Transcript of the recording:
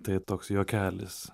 tai toks juokelis